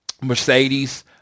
Mercedes